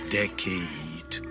decade